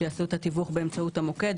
שיעשו את התיווך באמצעות המוקד.